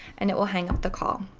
and it will hang up the call.